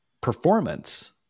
performance